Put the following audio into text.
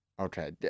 Okay